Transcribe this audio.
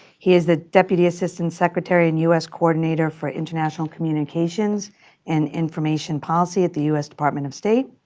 he is the deputy assistant secretary and us coordinator for international communications and information policy at the us department of state.